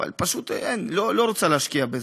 פשוט, אין, לא רוצה להשקיע בזה.